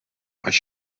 als